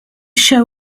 show